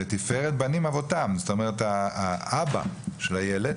"וְתִפְאֶ֖רֶת בָּנִ֣ים אֲבוֹתָֽם" זאת אומרת האבא של הילד